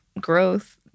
growth